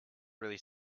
really